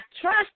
trust